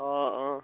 অঁ অঁ